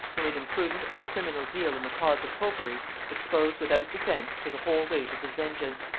whom an imprudent or criminal zeal in the cause of popery exposed without defence to the whole weight of his vengeance.